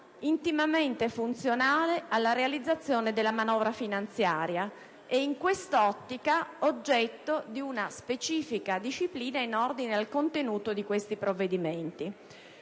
intimamente funzionale alla realizzazione della manovra finanziaria e, in quest'ottica, oggetto di una specifica disciplina in ordine al contenuto di tali provvedimenti.